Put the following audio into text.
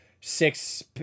six